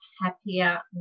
happier